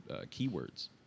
keywords